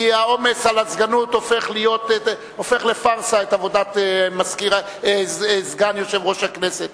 כי העומס על הסגנות הופך לפארסה את עבודת סגן יושב-ראש הכנסת.